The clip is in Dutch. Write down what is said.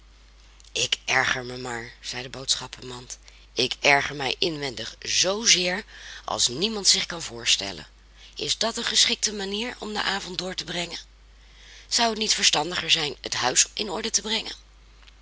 ik erger mij maar zei de boodschappenmand ik erger mij inwendig zoozeer als niemand zich kan voorstellen is dat een geschikte manier om den avond door te brengen zou het niet verstandiger zijn het huis in orde te brengen